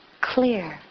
Clear